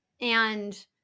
and-